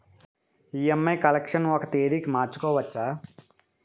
EMI collection ఒక తేదీ మార్చుకోవచ్చా?